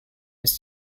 ist